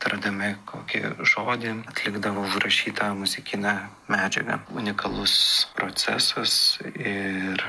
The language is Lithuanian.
tardami kokį žodį atlikdavo užrašytą muzikinę medžiagą unikalus procesas ir